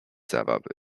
zabawy